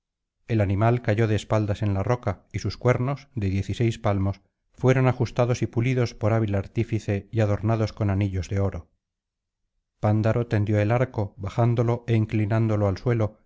el animal cayó de espaldas en la roca y sus cuernos de dieciséis palmos fueron ajustados y pulidos por hábil artífice y adornados con anillos de oro pándaro tendió el arco bajándolo é inclinándolo al suelo